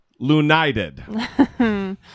Lunited